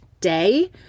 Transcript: day